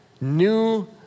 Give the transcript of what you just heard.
New